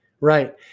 Right